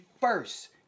first